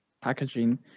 packaging